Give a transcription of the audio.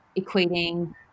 equating